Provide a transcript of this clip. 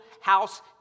house